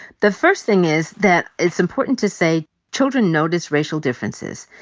the first thing is that it's important to say children notice racial differences.